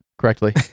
correctly